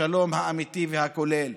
השלום האמיתי והכולל,